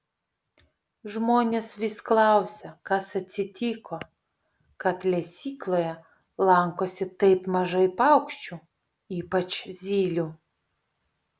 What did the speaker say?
žmonės vis klausia kas atsitiko kad lesykloje lankosi taip mažai paukščių ypač zylių